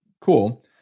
cool